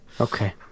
okay